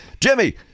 Jimmy